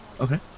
Okay